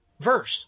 verse